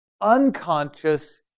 unconscious